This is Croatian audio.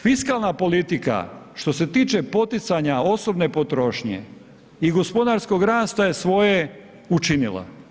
Fiskalna politika što se tiče poticanja osobne potrošnje i gospodarskog rasta je svoje učinila.